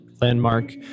landmark